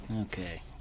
Okay